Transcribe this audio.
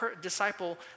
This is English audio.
disciple